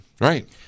Right